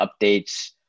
updates